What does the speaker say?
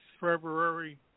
february